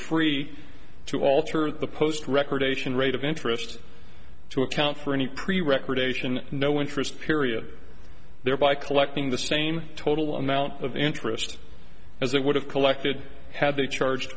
free to alter the post record ation rate of interest to account for any pre recreation no interest period thereby collecting the same total amount of interest as they would have collected had they charged